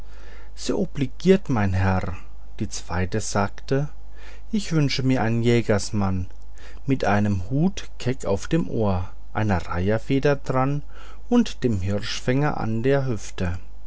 sehr obligiert mein herr die zweite sagte ich wünsche mir einen jägersmann mit einem hut keck auf dem ohr einer reiherfeder daran und dem hirschfänger an der hüfte